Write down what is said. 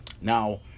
now